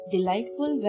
Delightful